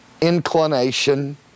inclination